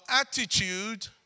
attitude